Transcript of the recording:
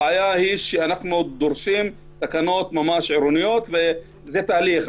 הבעיה היא שאנחנו דורשים תקנות ממש עירוניות וזה תהליך.